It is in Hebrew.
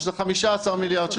15 מיליארד שקל.